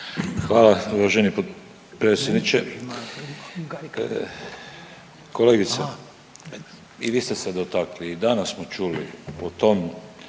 Hvala uvaženi potpredsjedniče. Kolegice i vi ste se dotakli i danas smo čuli o tom